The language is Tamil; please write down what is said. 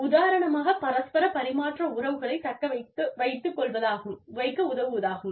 உதாரணமாக பரஸ்பர பரிமாற்ற உறவுகளைத் தக்க வைக்க உதவுவதாகும்